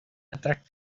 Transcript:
attract